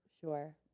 Sure